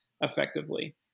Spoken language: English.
effectively